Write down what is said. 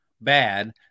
bad